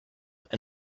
and